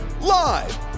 live